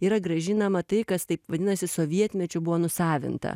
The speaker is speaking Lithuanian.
yra grąžinama tai kas taip vadinasi sovietmečiu buvo nusavinta